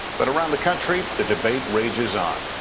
but around the country, the debate rages on.